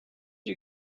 you